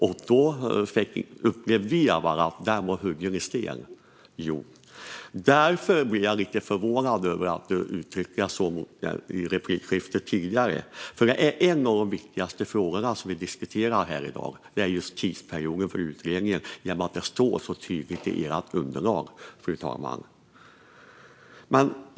Vi upplevde då att den var huggen i sten. Därför blev jag lite förvånad över hur du uttryckte dig i det tidigare replikskiftet. En av de viktigaste frågorna vi diskuterar här i dag är just tidsperioden för utredningen, eftersom det står tydligt i ert underlag.